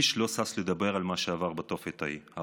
איש לא שש לדבר על מה שעבר בתופת ההיא.